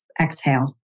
exhale